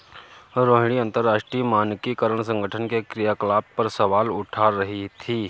रोहिणी अंतरराष्ट्रीय मानकीकरण संगठन के क्रियाकलाप पर सवाल उठा रही थी